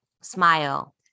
smile